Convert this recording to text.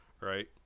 right